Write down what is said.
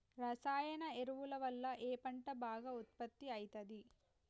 రసాయన ఎరువుల వల్ల ఏ పంట బాగా ఉత్పత్తి అయితది?